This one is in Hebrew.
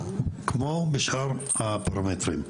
כמו בשאר הפרמטרים,